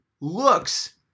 looks